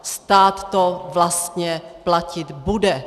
Stát to vlastně platit bude.